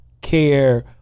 care